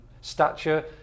stature